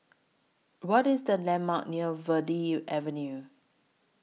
What IS The landmarks near Verde Avenue